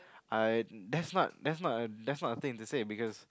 I that's what I want to say because